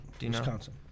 Wisconsin